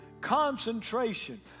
concentration